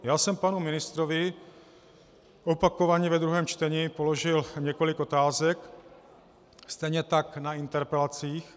Já jsem panu ministrovi opakovaně ve druhém čtení položil několik otázek, stejně tak na interpelacích.